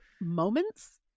moments